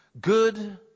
good